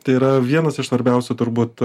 tai yra vienas iš svarbiausių turbūt